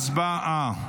הצבעה.